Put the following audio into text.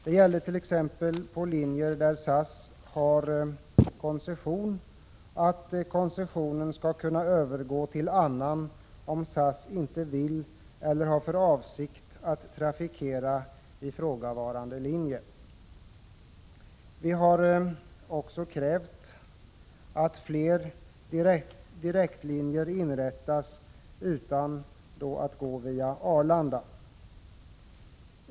Det gällde t.ex. på linjer där SAS har koncession att koncessionen skall kunna övergå till annan om SAS inte vill eller inte har för avsikt att trafikera ifrågavarande linje. Vi har också krävt att fler direktlinjer skall inrättas som inte skall behöva gå via Arlanda.